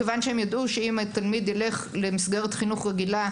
מכיוון שהם ידעו שאם התלמיד ילך למסגרת חינוך רגילה,